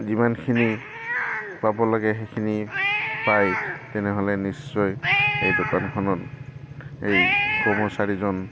যিমানখিনি পাব লাগে সেইখিনি পায় তেনেহ'লে নিশ্চয় সেই দোকানখনত এই কৰ্মচাৰীজন